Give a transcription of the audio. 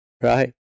Right